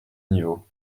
niveau